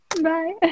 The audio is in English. bye